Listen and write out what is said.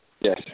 Yes